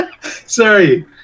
Sorry